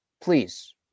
please